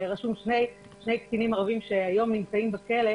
שרשום שיש שני קטינים שנמצאים היום בכלא,